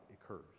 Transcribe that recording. occurs